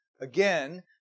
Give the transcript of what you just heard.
again